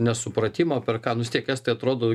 nesupratimą per ką nu vis tiek estai atrodo